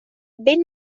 ben